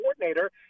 coordinator